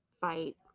fight